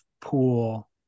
pool